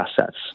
assets